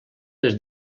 les